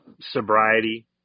sobriety